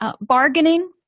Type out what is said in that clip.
Bargaining